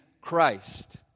Christ